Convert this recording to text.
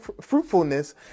fruitfulness